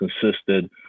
consisted